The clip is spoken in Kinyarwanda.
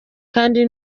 kandi